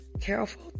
careful